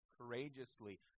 courageously